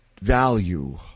value